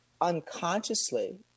unconsciously